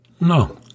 No